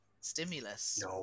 stimulus